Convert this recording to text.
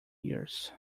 years